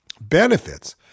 benefits